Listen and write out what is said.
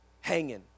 hanging